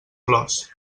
flors